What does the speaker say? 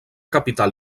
capital